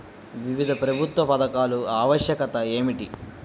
వివిధ ప్రభుత్వా పథకాల ఆవశ్యకత ఏమిటి?